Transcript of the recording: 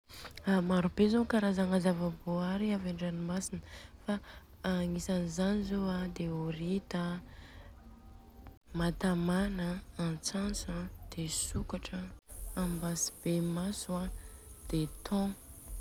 A maro be zô karazagna zava-bohary avy andranomasina fa agnisany zany zô an de horita an, matamana an, antsantsa an, de sokatra an, ambasy be maso a, de togna.